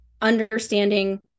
Understanding